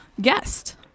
guest